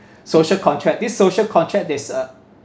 social contract this social contract there's a